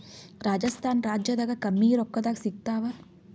ರಾಜಸ್ಥಾನ ರಾಜ್ಯದಾಗ ಕಮ್ಮಿ ರೊಕ್ಕದಾಗ ಸಿಗತ್ತಾವಾ?